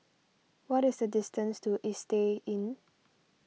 what is the distance to Istay Inn